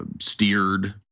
steered